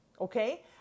Okay